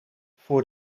voor